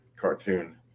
Cartoon